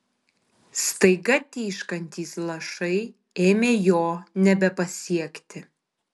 staiga tyškantys lašai ėmė jo nebepasiekti